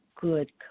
good